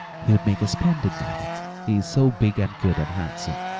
he'd make a splendid knight he is so big and good and handsome.